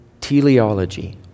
teleology